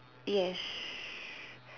yes